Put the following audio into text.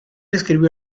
escribió